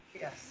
yes